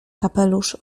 kapelusz